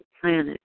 planet